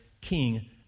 King